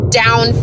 down